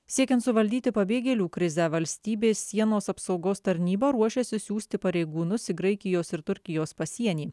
siekiant suvaldyti pabėgėlių krizę valstybės sienos apsaugos tarnyba ruošiasi siųsti pareigūnus į graikijos ir turkijos pasienį